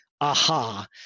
aha